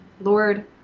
Lord